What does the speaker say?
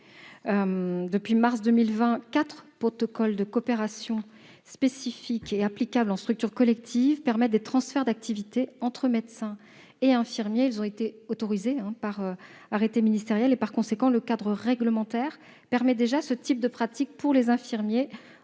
Depuis mars 2020, quatre protocoles de coopération spécifiques et applicables en structures collectives permettent des transferts d'activité entre médecins et infirmiers. Ils ont été autorisés par arrêté ministériel. Par conséquent, le cadre réglementaire permet déjà ce type de pratique pour les infirmiers